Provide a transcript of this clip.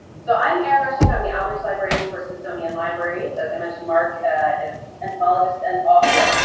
so i'm erin rushing, i'm the outreach librarian for smithsonian libraries. as i mentioned, marc is entomologist and author.